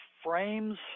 frames